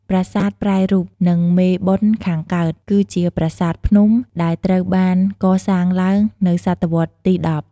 ប្រាសាទប្រែរូប និងមេបុណ្យខាងកើត គឺជាប្រាសាទភ្នំ ដែលត្រូវបានកសាងឡើងនៅសតវត្សរ៍ទី ១០។